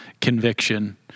conviction